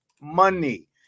money